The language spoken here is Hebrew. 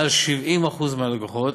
מעל 70% מהלקוחות,